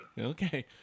Okay